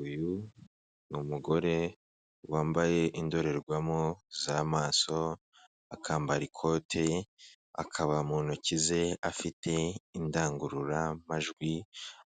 Uyu ni umugore wambaye indorerwamo z'amaso, akambara ikote, akaba mu ntoki ze afite indangururamajwi,